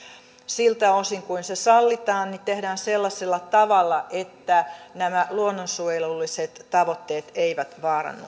siltä osin kuin ne sallitaan tehdään sellaisella tavalla että nämä luonnonsuojelulliset tavoitteet eivät vaarannu